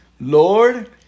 Lord